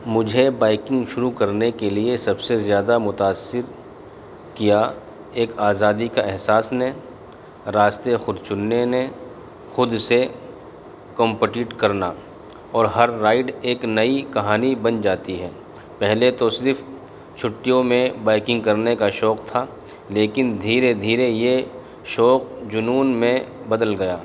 مجھے بائکنگ شروع کرنے کے لیے سب سے زیادہ متاثر کیا ایک آزادی کا احساس نے راستے خود چننے نے خود سے کمپٹیٹ کرنا اور ہر رائڈ ایک نئی کہانی بن جاتی ہے پہلے تو صرف چھٹیوں میں بائکنگ کرنے کا شوق تھا لیکن دھیرے دھیرے یہ شوق جنون میں بدل گیا